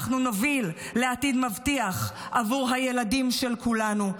אנחנו נוביל לעתיד מבטיח עבור הילדים של כולנו,